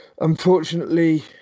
unfortunately